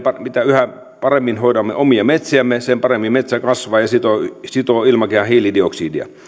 mitä paremmin hoidamme omia metsiämme sen paremmin metsä kasvaa ja sitoo ilmakehän hiilidioksidia